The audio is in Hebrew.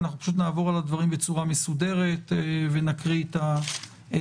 אנחנו פשוט נעבור על הדברים בצורה מסודרת ונקריא את הסעיפים.